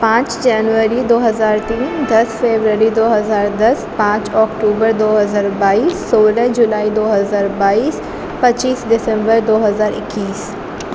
پانچ جنوری دو ہزار تین دس فبروری دو ہزار دس پانچ اکٹوبر دو ہزار بائیس سولہ جولائی دو ہزار بائیس پچیس دسمبر دو ہزار اکیس